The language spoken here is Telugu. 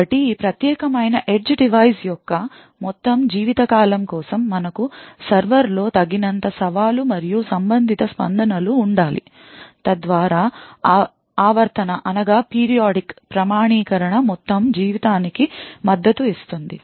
కాబట్టి ఈ ప్రత్యేకమైన edge డివైస్ యొక్క మొత్తం జీవితకాలం కోసం మనకు సర్వర్లో తగినంత సవాలు మరియు సంబంధిత స్పందనలు ఉండాలి తద్వారా ఆవర్తన ప్రామాణీకరణ మొత్తం జీవితానికి మద్దతు ఇస్తుంది